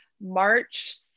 March